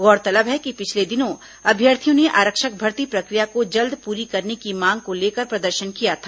गौरतलब है कि पिछले दिनों अभ्यर्थियों ने आरक्षक भर्ती प्रक्रिया को जल्द पूरी करने की मांग को लेकर प्रदर्शन किया था